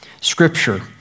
scripture